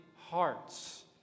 hearts